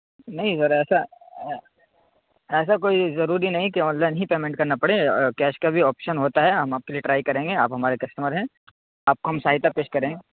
نہیں سر ایسا ایسا کوئی ضروری نہیں کہ آن لائن ہی پیمنٹ کرنا پڑے کیش کا بھی آپشن ہوتا ہے ہم آپ کے لیے ٹرائی کریں گے آپ ہمارے کسٹمر ہیں آپ کو ہم سہایتا پیش کریں گے